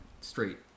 straight